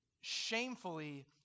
shamefully